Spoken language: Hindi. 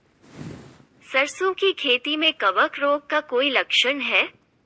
सरसों की खेती में कवक रोग का कोई लक्षण है?